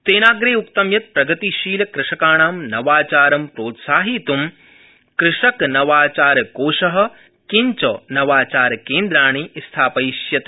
तेनाग्रे उक्तं यत् प्रगतिशीलकृषकाणां नवाचारं प्रोत्साहयित् कृषक नवाचार कोष किञ्च नवाचारकेन्द्राणि स्थापयिष्येते